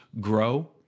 grow